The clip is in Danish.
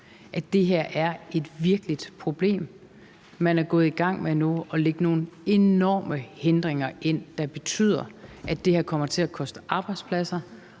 Det her er et virkeligt problem. Man er gået i gang med at lægge nogle enorme hindringer ind, der betyder, at det her kommer til at koste arbejdspladser,